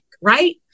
right